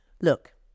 Look